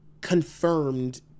confirmed